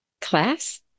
class